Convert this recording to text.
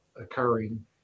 occurring